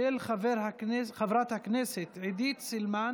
של חברת הכנסת עידית סילמן